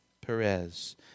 Perez